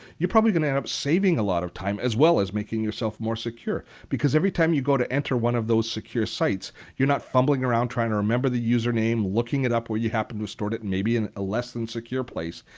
you're probably going to end up saving a lot of time as well as making yourself more secure because every time you go to enter one of those secure sites, you're not fumbling around trying to remember the username, looking it up where you happened to store it, maybe in a less than secure place.